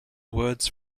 words